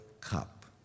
cup